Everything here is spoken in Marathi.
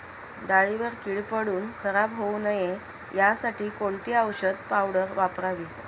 डाळीवर कीड पडून खराब होऊ नये यासाठी कोणती औषधी पावडर वापरावी?